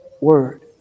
word